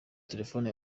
telefone